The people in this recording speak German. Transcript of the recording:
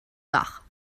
dach